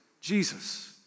Jesus